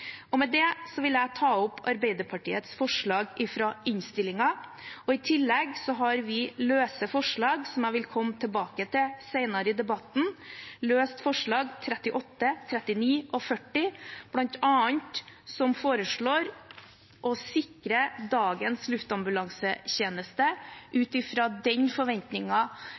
Jeg vil ta opp Arbeiderpartiets forslag fra innstillingen. I tillegg har vi såkalt løse forslag, som jeg vil komme tilbake til senere i debatten. Det er forslagene nr. 38, 39 og 40. I forslag nr. 38 foreslår vi å sikre dagens luftambulansetjeneste ut fra den